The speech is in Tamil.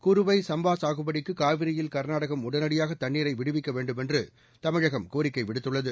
குறுவை சம்பா சாகுபடிக்கு காவிரியில் கர்நாடகம் உடனடியாக தண்ணீரை விடுவிக்க வேண்டும் என்று தமிழகம் கோரிக்கை விடுத்துள்ளது